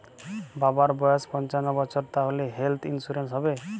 বাবার বয়স পঞ্চান্ন বছর তাহলে হেল্থ ইন্সুরেন্স হবে?